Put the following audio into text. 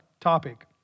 topic